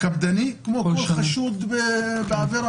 קפדני כמו כל חשוד בעבירה.